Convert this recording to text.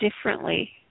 differently